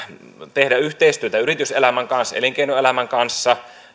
tehdä yhteistyötä yrityselämän ja elinkeinoelämän kanssa